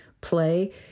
play